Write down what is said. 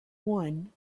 one